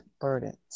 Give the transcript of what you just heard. burdens